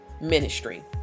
ministry